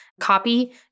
copy